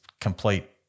complete